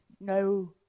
no